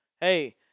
Hey